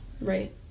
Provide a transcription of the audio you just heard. Right